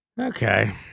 Okay